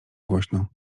głośno